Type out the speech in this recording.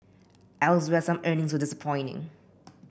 elsewhere some earnings were disappointing